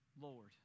Lord